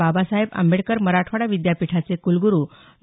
बाबासाहेब आंबेडकर मराठवाडा विद्यापीठाचे कुलगुरु डॉ